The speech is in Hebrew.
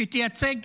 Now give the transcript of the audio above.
שתייצג